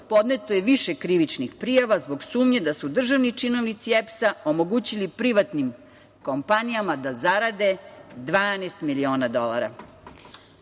podneto je više krivičnih prijava zbog sumnje da su državni činovnici EPS-a omogućili privatnim kompanijama da zarade 12 miliona dolara. Dragi